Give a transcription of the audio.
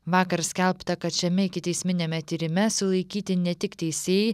vakar skelbta kad šiame ikiteisminiame tyrime sulaikyti ne tik teisėjai